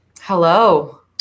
Hello